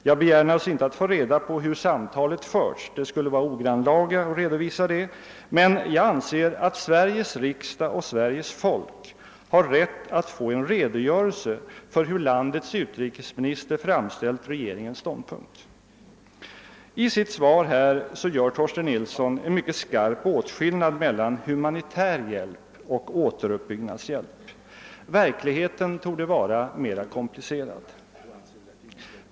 Jag begär naturligtvis inte att få reda på hur samtalet förts, men jag anser att Sveriges riksdag och Sveriges folk har rätt att få en redogörelse för hur landets utrikesminister framställt regeringens ståndpunkt. I sitt svar gör Torsten Nilsson en mycket skarp åtskillnad mellan humanitär hjälp och återuppbyggnadshjälp. Verkligheten torde vara mera komplicerad.